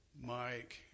Mike